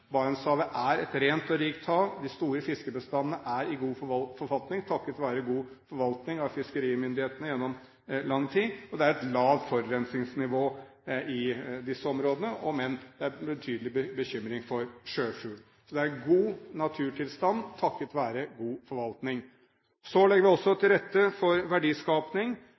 Barentshavet er et rent og rikt hav. De store fiskebestandene er i god forfatning, takket være god forvaltning av fiskerimyndighetene gjennom lang tid. Og det er et lavt forurensningsnivå i disse områdene, om enn en betydelig bekymring for sjøfugl. Så det er en god naturtilstand, takket være god forvaltning. Så legger vi også til rette for